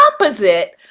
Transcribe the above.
opposite